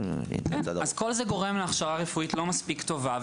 אז כל זה גורם להכשרה רפואית לא מספיק טובה,